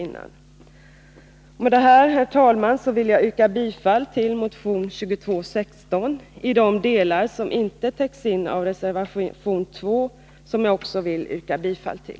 Med detta, herr talman, vill jag yrka bifall till motion 2216 i de delar som inte täcks in av reservation 2, som jag också vill yrka bifall till.